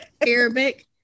Arabic